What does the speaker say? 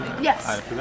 yes